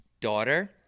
daughter